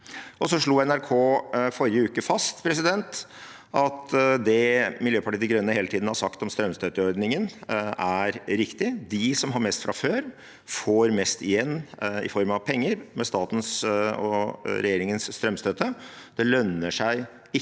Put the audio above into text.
Så slo NRK i forrige uke fast at det Miljøpartiet De Grønne hele tiden har sagt om strømstøtteordningen, er riktig: De som har mest fra før, får mest igjen i form av penger med statens og regjeringens strømstøtte. Det lønner seg ikke